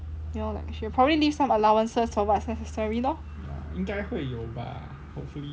she'll probably leave some allowances for what's necessary lor